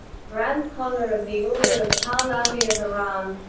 grand collar of the order of pahlavi of iran